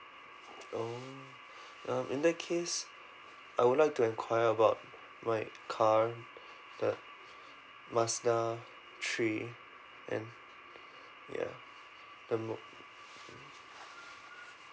oh um in that case I would like to enquire about my car the mazda three and ya the mode